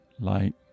light